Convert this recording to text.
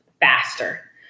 faster